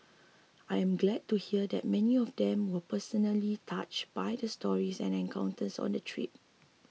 I am glad to hear that many of them were personally touched by the stories and encounters on the trip